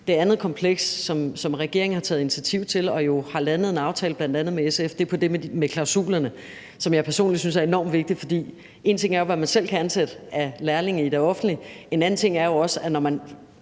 Det andet kompleks, som regeringen har taget initiativ til, og som den jo også har landet en aftale om, bl.a. med SF, er om det med klausulerne, som jeg personligt synes er enormt vigtigt. For én ting er jo, hvad man selv kan ansætte af lærlinge i det offentlige, men en anden ting er, at man,